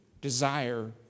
desire